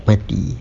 mati